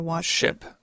Ship